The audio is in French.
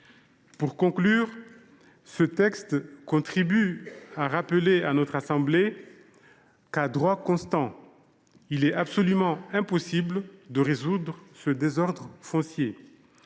Le présent texte contribue à rappeler à notre assemblée qu’à droit constant il est absolument impossible de résoudre ce désordre foncier.